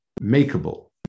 makeable